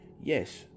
yes